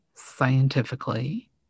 scientifically